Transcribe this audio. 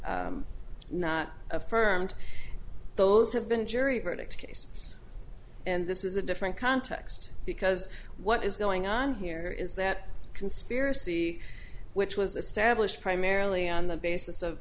not affirmed those have been jury verdict cases and this is a different context because what is going on here is that you can see pearcey which was established primarily on the basis of